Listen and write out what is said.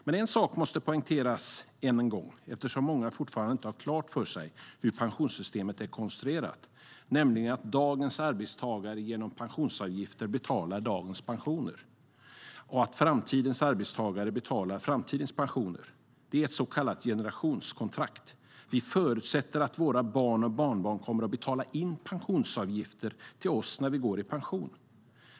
Men en sak måste poängteras än en gång eftersom många fortfarande inte har klart för sig hur pensionssystemet är konstruerat, nämligen att dagens arbetstagare genom pensionsavgifter betalar dagens pensioner och att framtidens arbetstagare betalar framtidens pensioner. Det är ett så kallat generationskontrakt. Vi förutsätter att våra barn och barnbarn kommer att betala in pensionsavgifter till oss när vi går i pension.